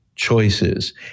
choices